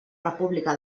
república